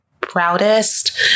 proudest